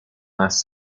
last